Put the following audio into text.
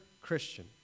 Christian